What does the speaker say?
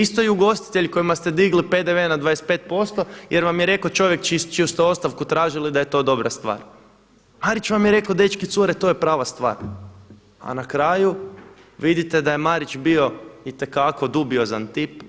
Isto i ugostitelji kojima ste digli PDV na 25% jer vam jer rekao čovjek čiju ste ostavku tražili da je to dobra stvar, Marić vam je rekao dečki i cure to je prava stvar, a na kraju vidite da je Marić bio itekako dubiozan tip